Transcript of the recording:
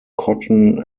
cotton